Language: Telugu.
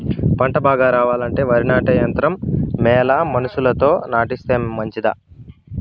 పంట బాగా రావాలంటే వరి నాటే యంత్రం మేలా మనుషులతో నాటిస్తే మంచిదా?